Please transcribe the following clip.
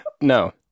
no